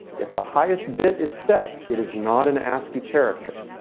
if the highest bit is set, it is not an ascii character.